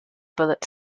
bullet